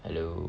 hello